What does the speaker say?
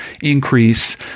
increase